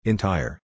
Entire